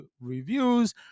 reviews